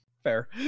fair